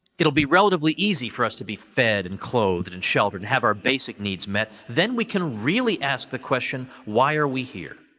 it will be relatively easy for us to be fed and clothed and sheltered and have our basic needs met. then we can really ask the question why are we here?